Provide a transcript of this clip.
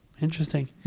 interesting